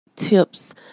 tips